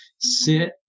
sit